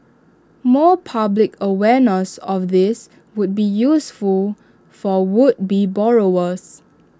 more public awareness on this would be useful for would be borrowers